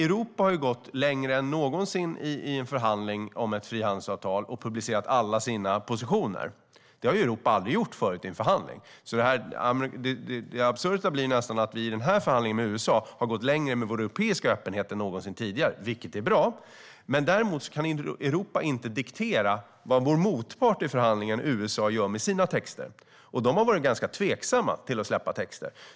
Europa har gått längre än någonsin i en förhandling om ett frihandelsavtal och publicerat alla sina positioner. Det har Europa aldrig tidigare gjort i en förhandling. Det absurda blir nästan att vi i den här förhandlingen med USA har gått längre med vår europeiska öppenhet än någonsin tidigare. Det är bra, men Europa kan inte diktera vad vår motpart i förhandlingen, alltså USA, gör med sina texter. I USA har de varit ganska tveksamma till att släppa texter.